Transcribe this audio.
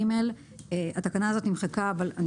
תקנה (ג) נמחקה אבל אני